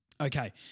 Okay